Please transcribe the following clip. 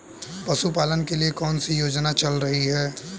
पशुपालन के लिए कौन सी योजना चल रही है?